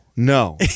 No